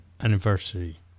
anniversary